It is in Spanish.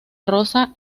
rosa